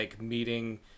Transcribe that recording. meeting